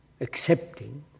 accepting